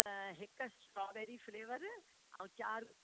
त हिकु strawberry flavour ऐं चारि